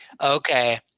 okay